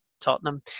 Tottenham